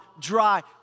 dry